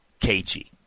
KG